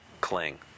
cling